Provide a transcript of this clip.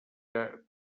que